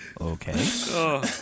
okay